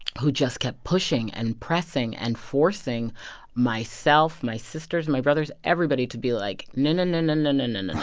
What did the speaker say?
who just kept pushing and pressing and forcing myself, my sisters, my brothers, everybody, to be, like, no, no, no, no, no, no, no, no, no,